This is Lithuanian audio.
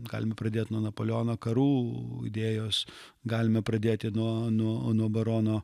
galime pradėti nuo napoleono karų idėjos galime pradėti nuo nuo nuo barono